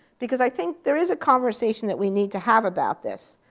because i think there is a conversation that we need to have about this.